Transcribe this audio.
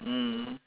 mm